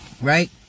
Right